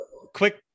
quick